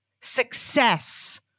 success